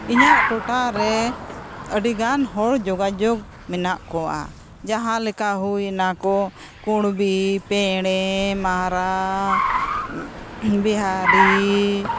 ᱤᱧᱟᱹᱜ ᱴᱚᱴᱷᱟᱨᱮ ᱟᱹᱰᱤᱜᱟᱱ ᱦᱚᱲ ᱡᱳᱜᱟᱡᱳᱜᱽ ᱢᱮᱱᱟᱜ ᱠᱚᱣᱟ ᱡᱟᱦᱟᱸᱞᱮᱠᱟ ᱦᱩᱭᱮᱱᱟ ᱠᱚ ᱠᱩᱬᱵᱤ ᱯᱮᱬᱮ ᱢᱟᱦᱟᱨᱟ ᱵᱤᱦᱟᱨᱤ